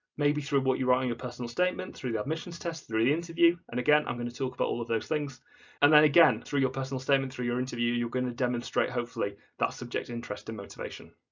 maybe through what you're writing your personal statement, through the admissions test, through the interview and again i'm going to talk about all of those things and then again through your personal statement, through your interview you're going to demonstrate hopefully that subject interest and motivation.